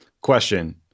Question